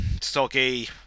Soggy